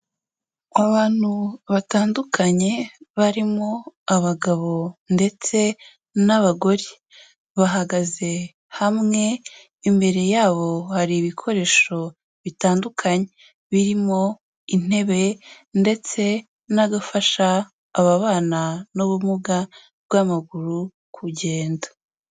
Abantu batandukanye barimo abagabo ndetse n'abagore, bahagaze hamwe, imbere yabo hari ibikoresho bitandukanye, birimo intebe, ndetse n'agafasha ababana n'ubumuga bw'amaguru kugenda.